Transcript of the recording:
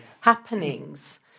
happenings